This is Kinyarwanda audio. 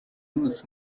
hose